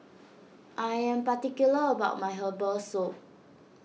I am particular about my Herbal Soup